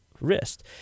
wrist